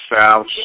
south